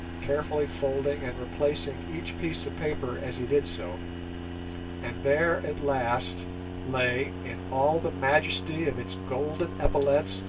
carefully folding and replacing each piece of paper as he did so and there at last lay, in all the majesty of its golden epaulettes,